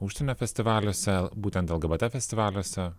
užsienio festivaliuose būtent lgbt festivaliuose